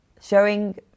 showing